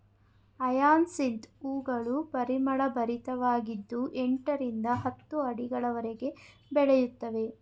hyacinth ಹೂಗಳು ಪರಿಮಳಭರಿತವಾಗಿದ್ದು ಎಂಟರಿಂದ ಹತ್ತು ಅಡಿಯವರೆಗೆ ಬೆಳೆಯುತ್ತವೆ